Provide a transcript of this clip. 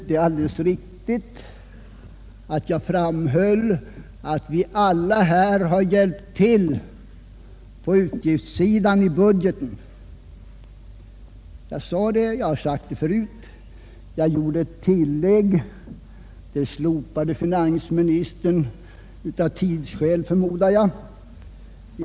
Det är alldeles riktigt att jag framhöll att vi alla i denna kammare har hjälpt till på utgiftssidan i budgeten. Jag sade det, och jag har sagt det förut. Jag gjorde också ett tillägg, men det slopade finansministern — som jag förmodar av tidsskäl.